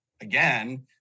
again